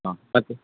ಹಾಂ ಮತ್ತೆ